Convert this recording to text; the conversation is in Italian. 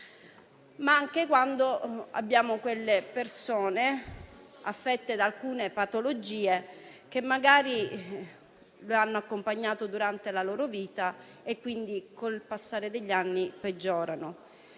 ma anche quando abbiamo delle persone affette da alcune patologie, che magari le hanno accompagnate durante la loro vita e, quindi, con il passare degli anni peggiorano.